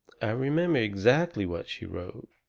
i remember exactly what she wrote,